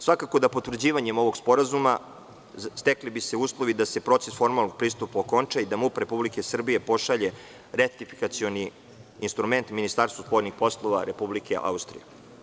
Svakako da potvrđivanjem ovog sporazuma bi se stekli uslovi da se proces formalnom pristupu okonča i da MUP Republike Srbije pošalje ratifikacioni instrument Ministarstvu spoljnih poslova Republike Austrije.